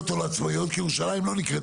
לא,